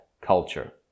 culture